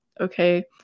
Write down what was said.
okay